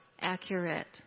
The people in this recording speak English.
accurate